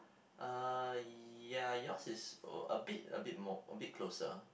uh ya yours is o~ a bit a bit more a bit closer